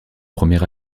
premier